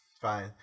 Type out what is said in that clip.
fine